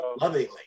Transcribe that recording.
lovingly